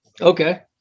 Okay